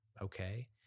okay